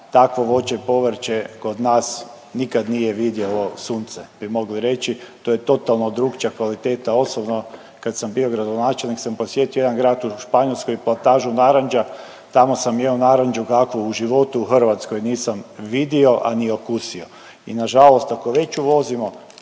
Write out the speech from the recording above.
takvo voće i povrće kod nas nikad nije vidjelo sunce bi mogli reći, to je totalno drukčija kvaliteta. Osobno, kad sam bio gradonačelnik sam posjetio jedan grad u Španjolskoj i plantažu naranča, tamo sam jeo naranču kakvu u životu u Hrvatskoj nisam vidio, a ni okusio i nažalost ako već uvozimo